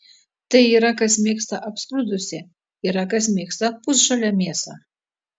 tai yra kas mėgsta apskrudusią yra kas mėgsta pusžalę mėsą